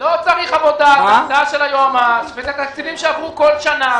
לא צריך חוות דעת, אלה תקציבים שעברו כל שנה.